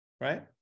right